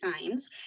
times